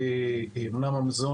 אולם המוזיאון,